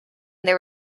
there